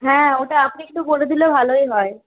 হ্যাঁ ওটা আপনি একটু বলে দিলে ভালোই হয়